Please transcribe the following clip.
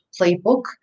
playbook